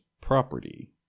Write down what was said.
property